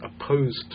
opposed